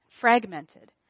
fragmented